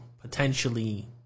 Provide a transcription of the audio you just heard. potentially